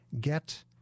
Get